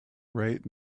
right